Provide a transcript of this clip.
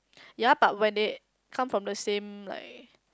ya but when they come from the same like